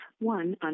one